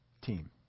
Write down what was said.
team